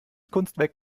kunstwerk